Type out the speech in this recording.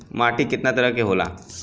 माटी केतना तरह के होला?